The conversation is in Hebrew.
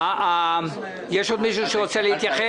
עוד מישהו רוצה להתייחס?